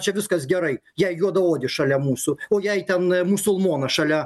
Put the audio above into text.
čia viskas gerai jei juodaodis šalia mūsų o jei ten musulmonas šalia